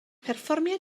perfformiad